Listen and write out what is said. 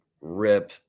rip